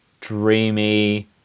dreamy